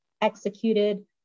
executed